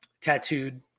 tattooed